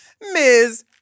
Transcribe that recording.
Ms